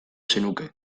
zenuke